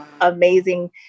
amazing